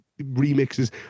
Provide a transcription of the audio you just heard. remixes